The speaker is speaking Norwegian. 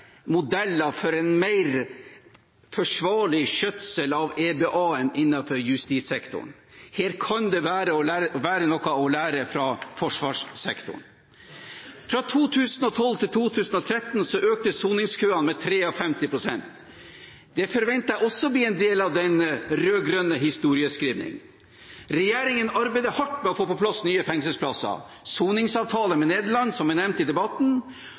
modeller for en mer forsvarlig skjøtsel av EBA – eiendom, bygg og anlegg – innenfor justissektoren. Her kan det være noe å lære av forsvarssektoren. Fra 2012 til 2013 økte soningskøene med 53 pst. Det forventer jeg også blir en del av den rød-grønne historieskrivingen. Regjeringen arbeider hardt med å få på plass nye fengselsplasser. Soningsavtale med Nederland, som er nevnt i debatten,